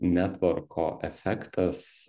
netvorko efektas